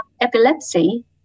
epilepsy